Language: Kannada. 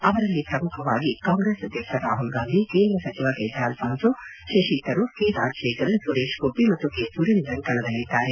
ಅವರಲ್ಲಿ ಪ್ರಮುಖವಾಗಿ ಕಾಂಗ್ರೆಸ್ ಅಧ್ಯಕ್ಷ ರಾಹುಲ್ಗಾಂಧಿ ಕೇಂದ್ರ ಸಚಿವ K J ಅಲ್ವಾನ್ಸೋ Shashi Tharoor K Rajasekharan Suresh Gopi ಮತ್ತು ಕೆ ಸುರೇಂದ್ರನ್ ಕಣದಲ್ಲಿದ್ದಾರೆ